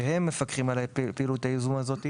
שהם מפקחים על הפעילות היזומה הזו,